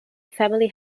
family